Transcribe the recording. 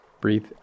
Breathe